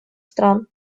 стран